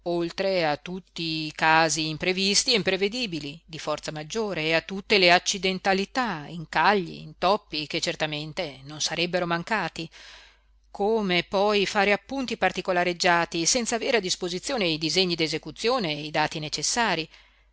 oltre a tutti i casi imprevisti e imprevedibili di forza maggiore e a tutte le accidentalità incagli intoppi che certamente non sarebbero mancati come poi fare appunti particolareggiati senza avere a disposizione i disegni d'esecuzione e i dati necessarii